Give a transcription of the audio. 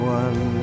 one